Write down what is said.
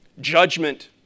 judgment